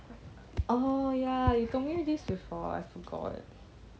oh ya you told me this before I forgot